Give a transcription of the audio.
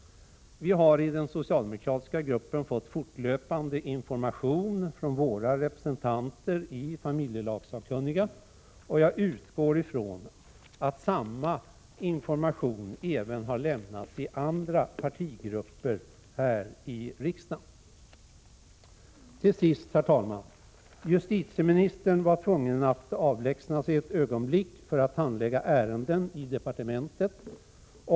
Vi har i den socialdemokratiska gruppen fortlöpande fått information från våra represen tanter i familjelagssakkunniga, och jag utgår från att samma information har lämnats även i andra partigrupper här i riksdagen. Till sist, herr talman: Justitieministern var tvungen att avlägsna sig ett ögonblick för att handlägga ärenden i departementet.